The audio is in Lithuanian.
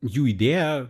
jų idėja